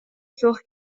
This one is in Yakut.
суох